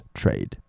trade